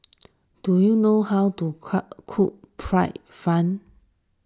do you know how to cook Fried Fan